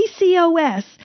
PCOS